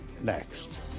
next